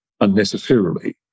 unnecessarily